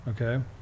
Okay